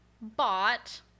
bought